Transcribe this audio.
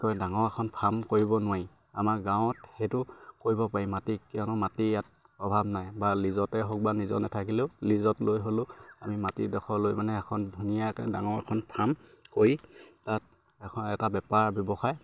কৈ ডাঙৰ এখন ফাৰ্ম কৰিব নোৱাৰি আমাৰ গাঁৱত সেইটো কৰিব পাৰি মাটি কিয়নো মাটি ইয়াত অভাৱ নাই বা লীজতে হওক বা নিজৰ নাথাকিলেও লিজত লৈ হ'লেও আমি মাটিডখৰ লৈ মানে এখন ধুনীয়াকে ডাঙৰ এখন ফাৰ্ম কৰি তাত এখন এটা বেপাৰ ব্যৱসায়